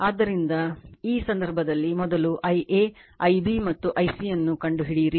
ಆದ್ದರಿಂದ ಈ ಸಂದರ್ಭದಲ್ಲಿ ಮೊದಲು Ia Ib ಮತ್ತು Ic ಅನ್ನು ಕಂಡುಹಿಡಿಯಿರಿ